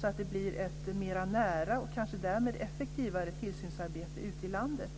så att det blir ett mera nära och kanske därmed effektivare tillsynsarbete ute i landet.